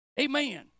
Amen